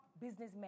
businessmen